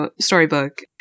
storybook